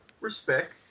respect